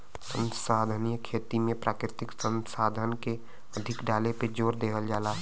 संसाधनीय खेती में प्राकृतिक संसाधन के अधिक डाले पे जोर देहल जाला